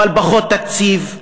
אבל פחות תקציב,